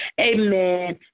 Amen